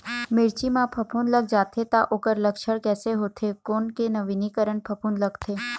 मिर्ची मा फफूंद लग जाथे ता ओकर लक्षण कैसे होथे, कोन के नवीनीकरण फफूंद लगथे?